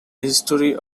history